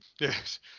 Yes